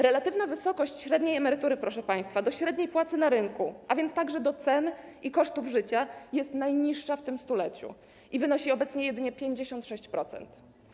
Relatywny stosunek wysokości średniej emerytury, proszę państwa, do średniej płacy na rynku, a więc także do cen i kosztów życia, jest najniższy w tym stuleciu i wynosi obecnie jedynie 56%.